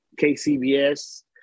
KCBS